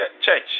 church